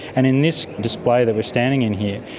and in this display that we are standing in here,